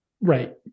Right